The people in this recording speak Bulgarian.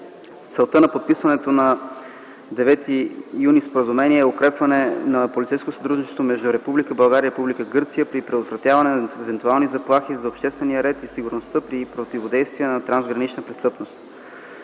Целта на подписаното на 9 юни споразумение е укрепване на полицейското сътрудничество между Република България и Република Гърция при предотвратяване на евентуални заплахи за обществения ред и сигурността при противодействие на трансграничната престъпност.